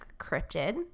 cryptid